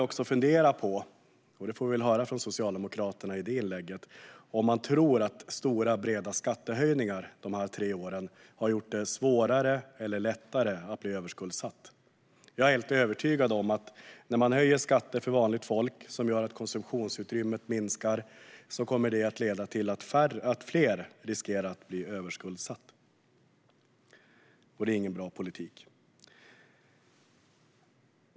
Vi får väl höra sedan från Socialdemokraterna om man tror att stora och breda skattehöjningar de här tre åren har gjort det svårare eller lättare att bli överskuldsatt. Jag är helt övertygad om att när man höjer skatter för vanligt folk, vilket gör att konsumtionsutrymmet minskar, kommer det att leda till att fler riskerar att bli överskuldsatta. Det är ingen bra politik.